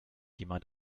jemand